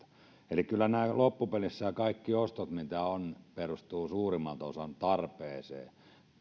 eli kyllä loppupeleissä nämä kaikki ostot mitä on perustuvat suurimmalta osin tarpeeseen